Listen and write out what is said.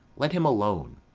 let him alone.